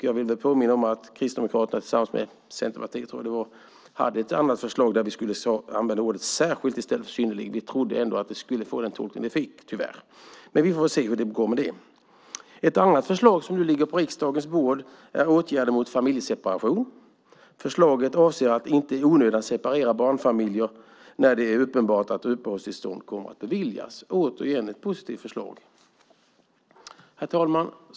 Jag vill påminna om att Kristdemokraterna tillsammans med Centerpartiet, tror jag, hade ett annat förslag, där man skulle använda ordet "särskilt" i stället för "synnerligen". Vi trodde nämligen att det skulle få den tolkning det sedan också fick, tyvärr. Vi får väl se hur det går med det. Ett annat förslag som nu ligger på riksdagens bord handlar om åtgärder mot familjeseparation. Förslaget avser att inte i onödan separera barnfamiljer när det är uppenbart att uppehållstillstånd kommer att beviljas - återigen ett positivt förslag. Herr talman!